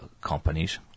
companies